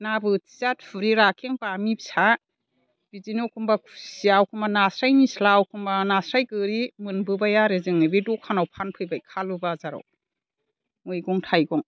ना बोथिया थुरि राखें बामि फिसा बिदिनो एखमब्ला खुसिया एखमब्ला नास्राइ निस्ला एखमब्ला नास्राइ गोरि मोनबोबाय आरो जोङो बे दखानाव फानफैबाय खालु बाजाराव मैगं थाइगं